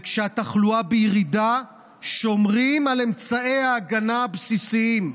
וכשהתחלואה בירידה שומרים על אמצעי ההגנה הבסיסיים.